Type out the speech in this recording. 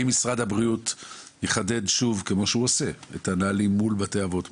אם משרד הבריאות יחדד שוב כמו שהוא עושה את הנהלים מול בתי האבות,